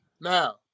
now